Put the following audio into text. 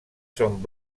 són